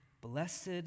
Blessed